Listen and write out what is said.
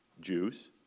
Jews